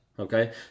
Okay